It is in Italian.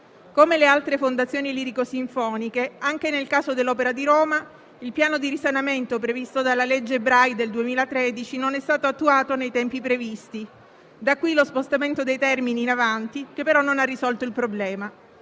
Come per le altre fondazioni lirico-sinfoniche, anche nel caso dell'Opera di Roma il piano di risanamento previsto dalla legge Bray del 2013 non è stato attuato nei tempi previsti; da qui lo spostamento dei termini in avanti, che però non ha risolto il problema.